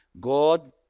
God